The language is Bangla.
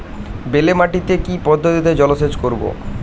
বেলে মাটিতে কি পদ্ধতিতে জলসেচ করব?